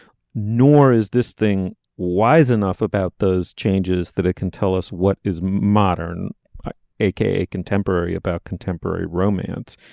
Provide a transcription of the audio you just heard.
nor is this thing wise enough about those changes that it can tell us what is modern okay. contemporary about contemporary romance.